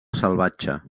salvatge